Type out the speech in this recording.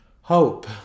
hope